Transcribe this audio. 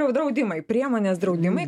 draudimai priemonės draudimai